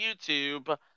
YouTube